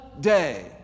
day